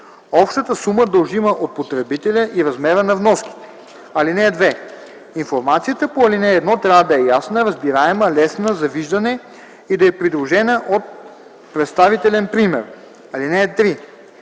общата сума, дължима от потребителя, и размера на вноските. (2) Информацията по ал. 1 трябва да е ясна, разбираема, лесна за виждане и да е придружена от представителен пример. (3)